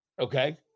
Okay